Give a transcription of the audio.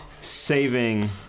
saving